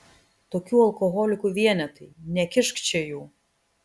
tokių alkoholikų vienetai nekišk čia jų